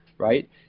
Right